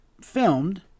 filmed